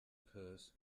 purse